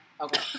Okay